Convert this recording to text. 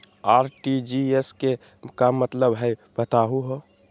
RTGS के का मतलब हई, बताहु हो?